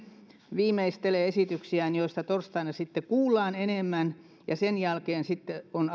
viimeistelee esityksiään joista torstaina sitten kuullaan enemmän ja sen jälkeen on